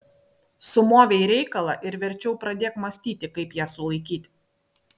sumovei reikalą ir verčiau pradėk mąstyti kaip ją sulaikyti